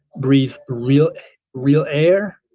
breath real real air,